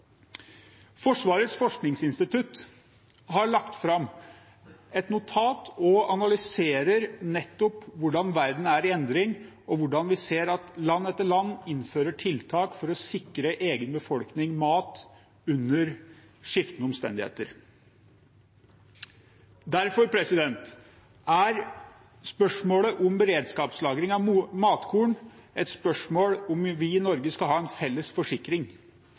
Forsvarets forskningsinstitutt har lagt fram et notat og analyserer nettopp hvordan verden er i endring, og hvordan vi ser at land etter land innfører tiltak for å sikre egen befolkning mat under skiftende omstendigheter. Derfor er spørsmålet om beredskapslagring av matkorn et spørsmål om vi i Norge skal ha en felles forsikring,